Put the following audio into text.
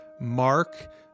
Mark